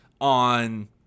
on